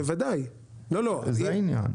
זה העניין.